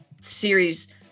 series